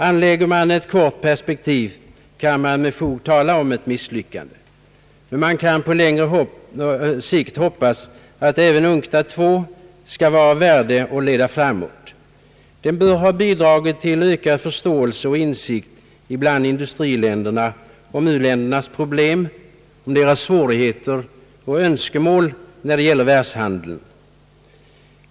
Anlägger man ett kort perspektiv kan man med fog tala om ett misslyckande, men man kan på längre sikt hoppas att även UNCTAD II skall vara av värde och leda framåt. Den bör ha bidragit till ökad förståelse och insikt bland industriländerna om u-ländernas problem, deras svårigheter och önskemål när det gäller världshandeln.